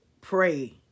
pray